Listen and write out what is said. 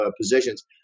positions